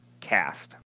Cast